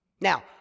Now